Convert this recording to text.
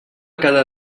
cada